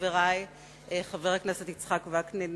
לחברי חבר הכנסת יצחק וקנין